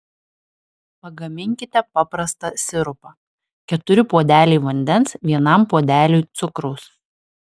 pagaminkite paprastą sirupą keturi puodeliai vandens vienam puodeliui cukraus